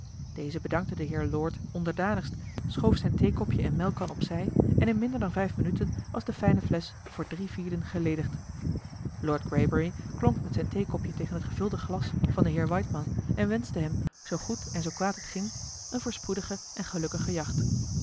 deze bedankte den heer lord onderdanigst schoof zijn theekopje en melkkan op zij en in minder dan vijf minuten was de fijne flesch voor drie vierden geledigd eli heimans willem roda lord greybury klonk met zijn theekopje tegen het gevulde glas van den heer waidmann en wenschte hem zoo goed en zoo kwaad het ging eene voorspoedige en gelukkige jacht